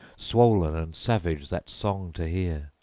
swollen and savage that song to hear,